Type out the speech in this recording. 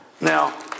Now